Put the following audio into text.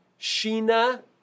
Sheena